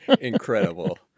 incredible